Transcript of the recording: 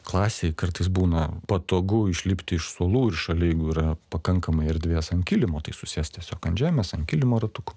klasėj kartais būna patogu išlipti iš suolų ir šalia jeigu yra pakankamai erdvės ant kilimo tai susėst tiesiog ant žemės ant kilimo ratuku